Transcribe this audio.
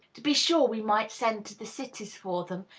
to be sure, we might send to the cities for them,